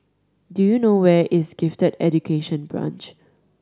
do you know where is Gifted Education Branch